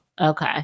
Okay